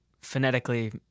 phonetically